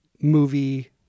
movie